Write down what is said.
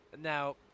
Now